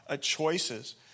choices